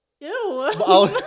Ew